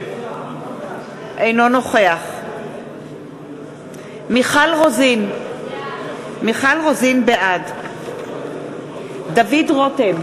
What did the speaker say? אינו נוכח מיכל רוזין, בעד דוד רותם,